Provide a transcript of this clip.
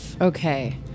okay